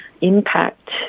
impact